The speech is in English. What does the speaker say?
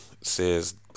says